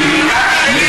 גם שלי.